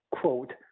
quote